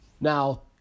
Now